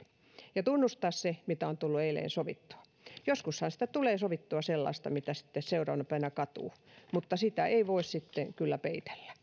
ja tunnustaa se mitä on tullut eilen sovittua joskushan sitä tulee sovittua sellaista mitä sitten seuraavana päivänä katuu mutta sitä ei voi sitten kyllä peitellä